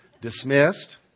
Dismissed